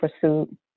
pursuit